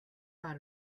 pas